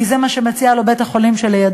כי זה מה שמציע לו בית-החולים שלידו,